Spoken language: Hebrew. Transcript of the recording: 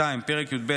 פרק י"ב,